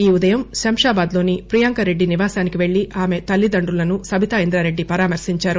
ఈ ఉదయం శంషాబాద్ లోని ప్రియాంక రెడ్డి నివాసానికి పెళ్లి ఆమె తల్లిదండ్రులను సబితా ఇంద్రా రెడ్డి పరామర్పించారు